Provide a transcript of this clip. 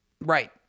Right